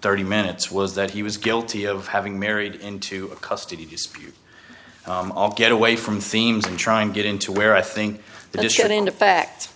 thirty minutes was that he was guilty of having married into custody these get away from themes and try and get into where i think they just got into fact